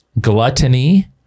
gluttony